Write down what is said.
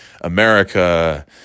America